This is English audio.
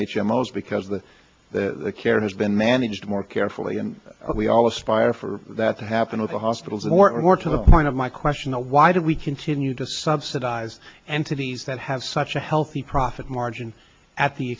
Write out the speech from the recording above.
o s because the the care has been managed more carefully and we all aspire for that to happen with the hospitals more and more to the point of my question though why do we continue to subsidize entities that have such a healthy profit margin at the